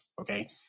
Okay